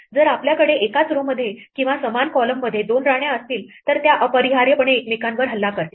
जर आपल्याकडे एकाच row मध्ये किंवा समान columnमध्ये दोन राण्या असतील तर त्या अपरिहार्यपणे एकमेकांवर हल्ला करतील